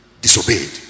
disobeyed